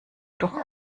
doch